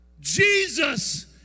Jesus